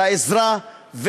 על העזרה,